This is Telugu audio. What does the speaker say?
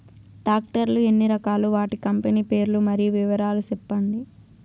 టాక్టర్ లు ఎన్ని రకాలు? వాటి కంపెని పేర్లు మరియు వివరాలు సెప్పండి?